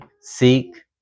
seek